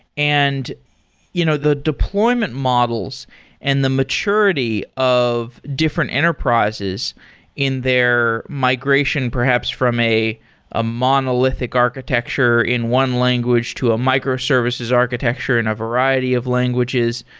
and you know the deployment models and the maturity of different enterprises in their migration perhaps from a a monolithic architecture in one language to a microservices architecture in a variety of languages.